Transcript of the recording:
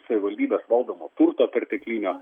savivaldybės valdomo turto perteklinio